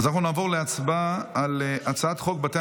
אז אנחנו נעבור להצבעה על הצעת חוק בתי